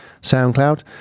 SoundCloud